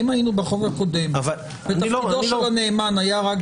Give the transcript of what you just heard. אם היינו בחוק הקודם ותפקידו של הנאמן היה רק